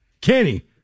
Kenny